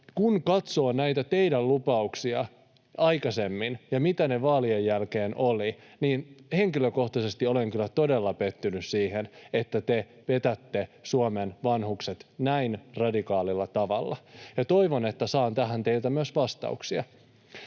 kun katsoo näitä teidän lupauksianne aikaisemmin ja mitä ne vaalien jälkeen olivat, niin henkilökohtaisesti olen kyllä todella pettynyt siihen, että te petätte Suomen vanhukset näin radikaalilla tavalla. Toivon, että saan tähän teiltä myös vastauksia.